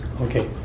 okay